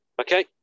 Okay